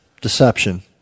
Deception